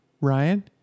Ryan